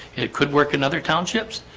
it could work in other townships